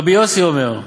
רבי יוסי אומר,